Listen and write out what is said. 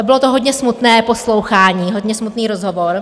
Bylo to hodně smutné poslouchání, hodně smutný rozhovor.